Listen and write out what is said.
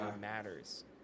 matters